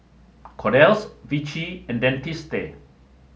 Kordel's Vichy and Dentiste